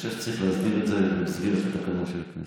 אני חושב שצריך להסדיר את זה במסגרת התקנות של הכנסת.